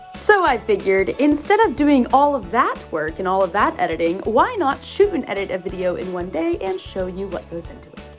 so, i figured instead of doing all of that work and all of that editing, why not shoot and edit a video in one day and show you what goes into it?